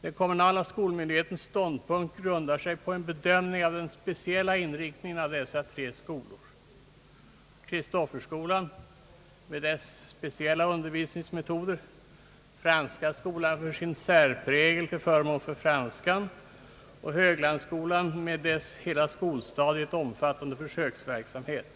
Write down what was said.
Den kommunala skolmyndighetens ståndpunkt grundar sig på en bedömning av den speciella inriktningen av dessa tre skolor, Kristofferskolan med dess speciella undervisningsmetoder, Franska skolan med dess särprägel till förmån för franska språket och Höglandsskolan med dess hela skolstadiet omfattande försöksverksamhet.